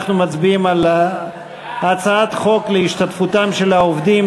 אנחנו מצביעים על הצעת חוק להשתתפותם של העובדים,